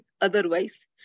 otherwise